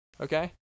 Okay